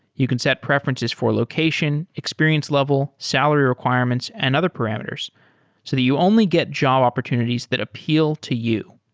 you can set preferences for location, experience level, salary requirements and other parameters so that you only get job opportunities that appeal to you.